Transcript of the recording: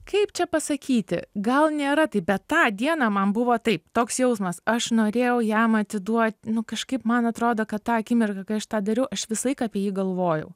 kaip čia pasakyti gal nėra taip bet tą dieną man buvo taip toks jausmas aš norėjau jam atiduot nu kažkaip man atrodo kad tą akimirką kai aš tą dariau aš visą laiką apie jį galvojau